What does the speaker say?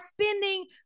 spending